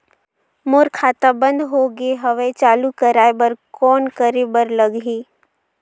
मोर खाता बंद हो गे हवय चालू कराय बर कौन करे बर लगही?